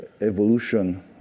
evolution